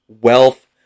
wealth